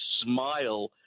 smile